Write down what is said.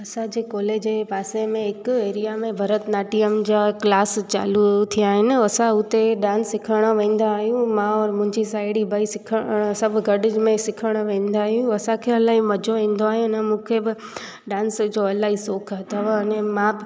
असांजे कॉलेज जे पासे में हिकु एरिया में भरतनाट्यम जा क्लास चालू थिया आहिनि असां हुते डांस सिखणु वेंदा आहियूं मां और मुंहिंजी साहिड़ी ॿई सिखणु सभु गॾु में सिखणु वेंदा आहियूं असांखे इलाही मज़ो ईंदो आहे ऐं मूंखे बि डांस जो इलाही शौंक़ु अथव अने मां